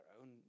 own